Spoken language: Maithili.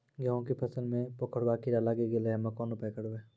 गेहूँ के फसल मे पंखोरवा कीड़ा लागी गैलै हम्मे कोन उपाय करबै?